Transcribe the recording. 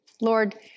Lord